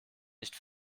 nicht